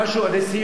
לסיום.